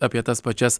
apie tas pačias